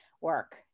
work